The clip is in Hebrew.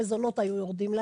גם המזונות היו יורדים,